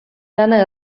lana